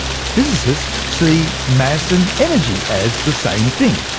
physicists see mass and energy as the same thing.